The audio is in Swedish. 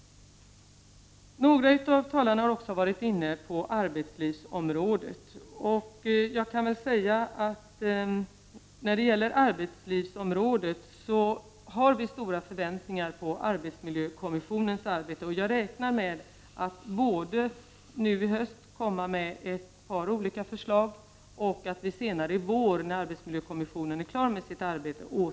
Några av talarna har också varit inne på arbeslivsområdet. Jag kan väl säga att där har vi stora förväntningar på arbetsmiljökommissionens arbete, och jag räknar med att nu i höst komma med ett par olika förslag och sedan återkomma i vår, när arbetsmiljökommissionen är klar med sitt arbete.